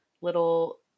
Little